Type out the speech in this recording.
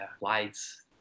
lights